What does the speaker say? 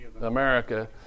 America